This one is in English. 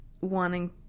wanting